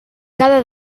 cada